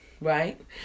right